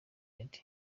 meddy